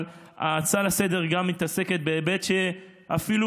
אבל ההצעה לסדר-היום גם מתעסקת בהיבט שאפילו